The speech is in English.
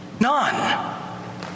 None